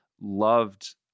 loved